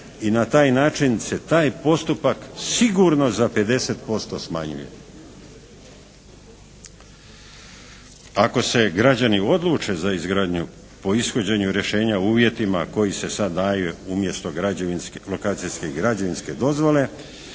i na taj način se taj postupak sigurno za 50% smanjuje. Ako se građani odluče za izgradnju po ishođenju rješenja u uvjetima koji se sad daju umjesto lokacijske i građevinske dozvole